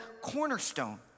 cornerstone